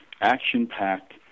action-packed